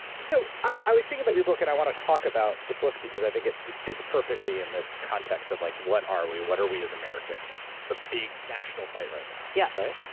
so, i i was thinking about but your book, and i want to talk about the book because i think it it fits perfectly in this context of like what are we, what are we as americans. it's the big national fight right now. yeah right?